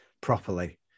properly